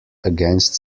against